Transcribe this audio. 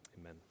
amen